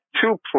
two